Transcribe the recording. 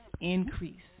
increase